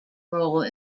role